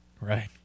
right